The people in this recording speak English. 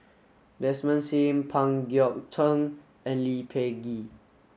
Desmond Sim Pang Guek Cheng and Lee Peh Gee